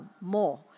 more